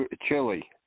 chile